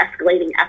escalating